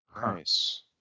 Nice